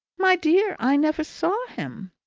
my dear, i never saw him.